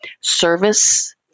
service